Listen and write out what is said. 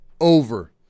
Over